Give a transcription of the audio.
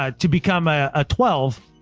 ah to become ah a twelve.